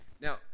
Now